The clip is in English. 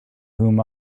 whom